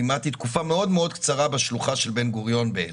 לימדתי תקופה מאוד מאוד קצרה בשלוחה של בן גוריון באילת.